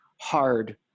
hard